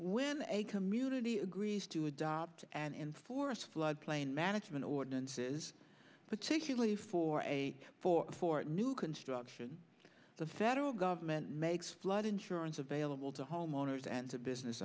when a community agrees to adopt and enforce floodplain management ordinances particularly for a four for new construction the federal government makes flood insurance available to homeowners and business